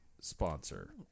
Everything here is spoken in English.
sponsor